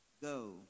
go